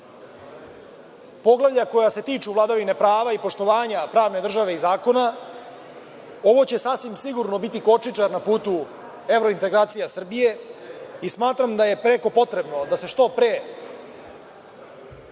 Poglavlja koja se tiču vladavine prava i poštovanja pravne države i zakona. Ovo će sasvim sigurno biti kočničar na putu, evrointegracija Srbije. I, smatram da je preko potrebno da se što pre